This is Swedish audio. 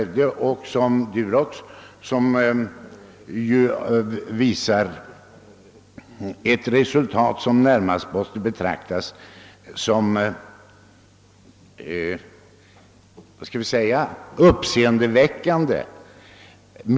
Detta företag visar ett resultat som måste betraktas som minst sagt uppseendeväckande.